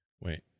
Wait